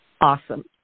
Awesome